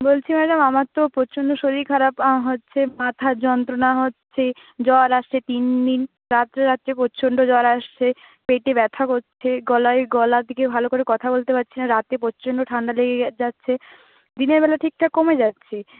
বলছি ম্যাডাম আমার তো প্রচণ্ড শরীর খারাপ হচ্ছে মাথার যন্ত্রণা হচ্ছে জ্বর আসছে তিনদিন রাত্রে রাত্রে প্রচন্ড জ্বর আসছে পেটে ব্যথা করছে গলায় গলা থেকে ভালো করে কথা বলতে পারছি না রাতে প্রচন্ড ঠাণ্ডা লেগে যাচ্ছে দিনের বেলায় ঠিকঠাক কমে যাচ্ছে